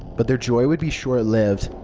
but their joy would be short-lived.